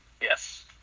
Yes